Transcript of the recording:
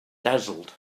dazzled